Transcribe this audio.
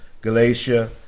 Galatia